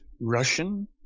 Russian